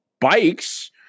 bikes